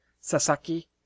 Sasaki